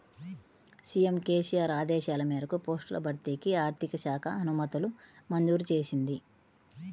CM KCR ఆదేశాల మేరకు పోస్టుల భర్తీకి ఆర్థిక శాఖ అనుమతులు మంజూరు చేసింది